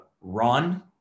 run